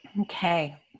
Okay